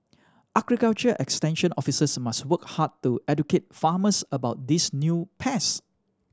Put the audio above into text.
agriculture extension officers must work hard to educate farmers about these new pest